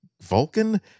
vulcan